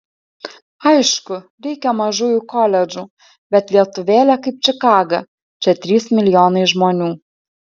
aišku reikia mažųjų koledžų bet lietuvėlė kaip čikaga čia trys milijonai žmonių